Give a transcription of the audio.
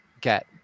get